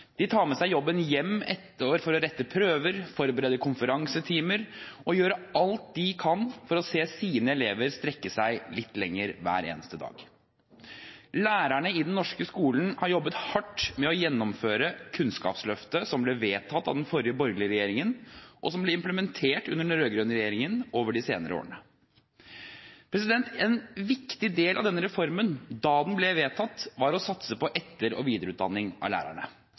de tar med seg jobben hjem og retter prøver, forbereder konferansetimer og gjør alt de kan for å se sine elever strekke seg litt lenger hver eneste dag. Lærerne i den norske skolen har jobbet hardt med å gjennomføre Kunnskapsløftet, som ble vedtatt av den forrige borgerlige regjeringen, og som ble implementert under den rød-grønne regjeringen over de senere årene. En viktig del av denne reformen da den ble vedtatt, var å satse på etter- og videreutdanning av lærerne.